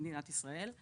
במדינת ישראל,